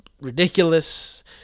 ridiculous